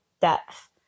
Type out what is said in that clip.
depth